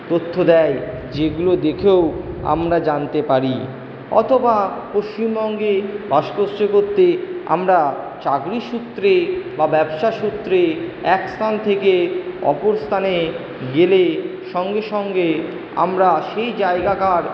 তথ্য় দেয় যেগুলো দেখেও আমরা জানতে পারি অথবা পশ্চিমবঙ্গে করতে আমরা চাকরি সূত্রে বা ব্যবসা সূত্রে এক স্থান থেকে অপর স্থানে গেলে সঙ্গে সঙ্গে আমরা সেই জায়গাকার